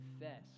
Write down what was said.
confess